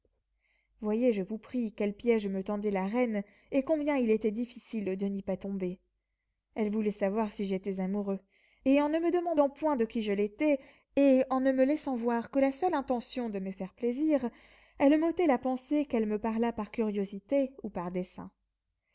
voyez je vous prie quel piège me tendait la reine et combien il était difficile de n'y pas tomber elle voulait savoir si j'étais amoureux et en ne me demandant point de qui je l'étais et en ne me laissant voir que la seule intention de me faire plaisir elle m'ôtait la pensée qu'elle me parlât par curiosité ou par dessein